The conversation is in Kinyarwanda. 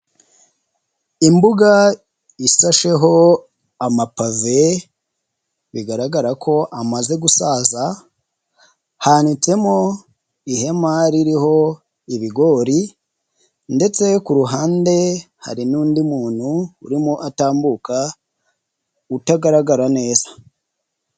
Imbuga isasheho amapave bigaragara ko amaze gusaza hanitsemo ihema ririho ibigori ndetse ku ruhande hari n'undi muntu urimo atambuka utagaragara neza.